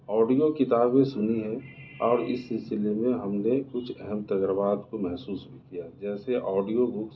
audio کتابیں سُنی ہیں اور اِس سِلسلے میں ہم نے کچھ اہم تجربات کو محسوس بھی کیا جیسے آڈیو بُکس